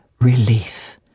relief